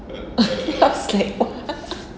ya I was like what